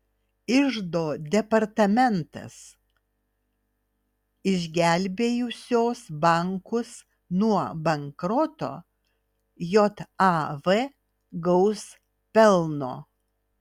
iždo departamentas išgelbėjusios bankus nuo bankroto jav gaus pelno